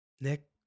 Nick